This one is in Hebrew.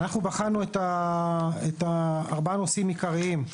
אנחנו בחנו ארבעה נושאים עיקריים,